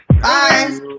Bye